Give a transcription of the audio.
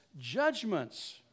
judgments